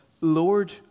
Lord